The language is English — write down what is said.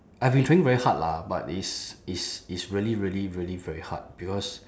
I've been trying very hard lah but it's it's it's really really really very hard because